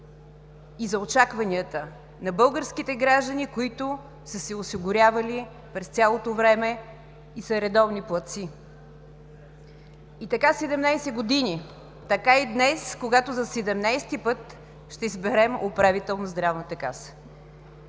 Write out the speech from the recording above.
и за очакванията на българските граждани, които са се осигурявали през цялото време и са редовни платци. И така 17 години. Така и днес, когато за 17-и път ще изберем управител на Здравната каса.